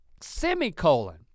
semicolon